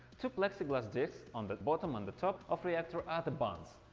two plexiglas discs on the bottom and the top of reactor are the buns.